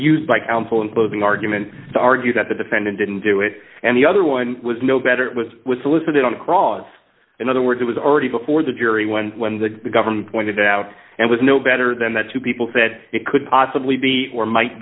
used by counsel in closing argument to argue that the defendant didn't do it and the other one was no better it was was solicited on cross in other words it was already before the jury when when the government pointed out and was no better than that two people said it could possibly be or might